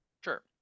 Sure